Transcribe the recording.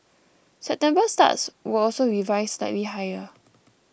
September starts were also revised slightly higher